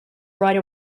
right